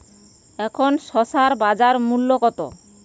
এখন শসার বাজার মূল্য কত?